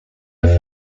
was